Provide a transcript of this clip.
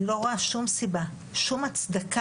אני לא רואה שום סיבה, שום הצדקה